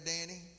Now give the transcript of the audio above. Danny